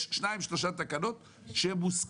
יש שתיים שלוש הערות שהן מוסכמות,